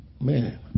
man